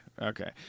Okay